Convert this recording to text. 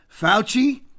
Fauci